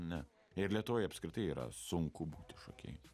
ne ir lietuvoj apskritai yra sunku būti šokėju